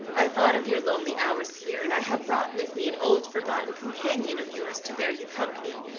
i thought of your lonely hours here and i have brought with me an old, forgotten companion of yours, to bear you company,